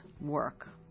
work